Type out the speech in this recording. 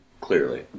clearly